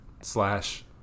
slash